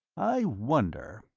i wonder,